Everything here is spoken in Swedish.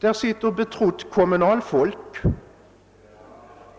Där sitter betrott kommunalfolk,